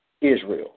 Israel